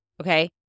okay